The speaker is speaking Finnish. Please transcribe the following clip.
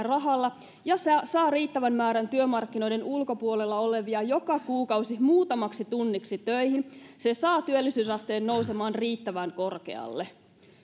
rahalla ja saa riittävän määrän työmarkkinoiden ulkopuolella olevia joka kuukausi muutamaksi tunniksi töihin se saa työllisyysasteen nousemaan riittävän korkealle